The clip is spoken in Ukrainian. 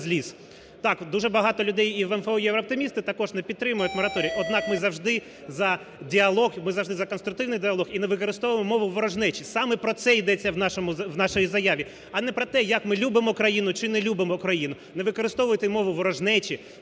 Так, дуже багато людей і в МФО "Єврооптимісти" також не підтримують мораторій. Однак ми завжди за діалог, ми завжди за конструктивний діалог і не використовуємо мову ворожнечі. Саме про це йдеться в нашій заяві, а не про те, як ми любимо країну, чи не любимо країну. Не використовуйте мову ворожнечі,